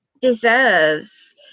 deserves